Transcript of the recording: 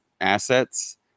assets